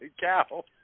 cow